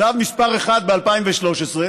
צו מס' 1, ב-2013,